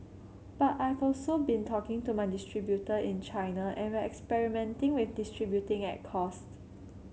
but I've also been talking to my distributor in China and we're experimenting with distributing at cost